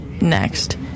next